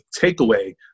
takeaway